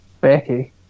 Becky